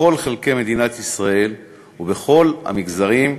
בכל חלקי מדינת ישראל ובכל המגזרים,